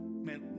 Man